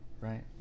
Right